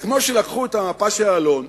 זה כמו שלקחו את המפה של אלון,